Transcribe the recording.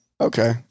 okay